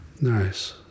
Nice